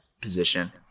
position